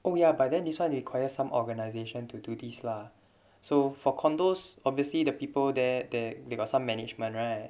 oh ya but then this one requires some organization to do this lah so for condos obviously the people there there they got some management right